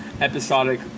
episodic